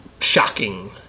shocking